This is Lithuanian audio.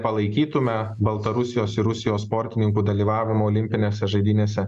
palaikytume baltarusijos ir rusijos sportininkų dalyvavimą olimpinėse žaidynėse